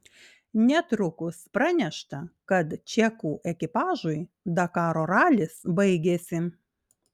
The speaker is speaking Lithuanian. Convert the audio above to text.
netrukus pranešta kad čekų ekipažui dakaro ralis baigėsi